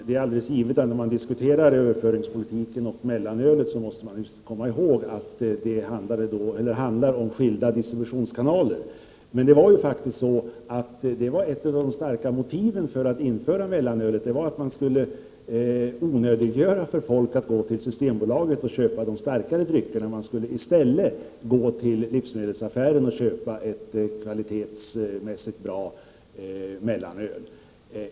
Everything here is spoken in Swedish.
Herr talman! När man diskuterar överföringspolitiken och mellanölet måste man komma ihåg att det handlar om skilda distributionskanaler. Ett av de starka motiven för att införa mellanölet var att man skulle onödiggöra för folk att gå till Systembolaget och köpa de starkare dryckerna. De skulle i stället gå till livsmedelsaffären och köpa ett kvalitetsmässigt bra mellanöl.